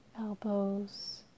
elbows